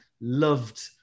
loved